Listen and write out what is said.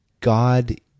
God